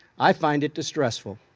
i find it distressful.